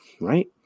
right